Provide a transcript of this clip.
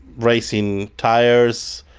racing tyres,